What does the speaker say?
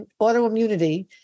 autoimmunity